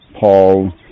Paul